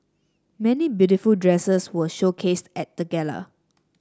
many beautiful dresses were showcased at the gala